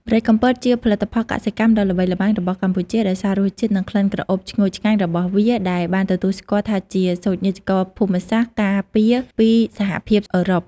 ម្រេចកំពតជាផលិតផលកសិកម្មដ៏ល្បីល្បាញរបស់កម្ពុជា ដោយសាររសជាតិ និងក្លិនក្រអូបឈ្ងុយឆ្ងាញ់របស់វា ដែលបានទទួលស្គាល់ថាជាសូចនាករភូមិសាស្ត្រការពារពីសហភាពអឺរ៉ុប ។